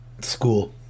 school